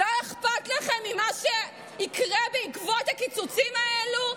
לא אכפת לכם ממה שיקרה בעקבות הקיצוצים האלה?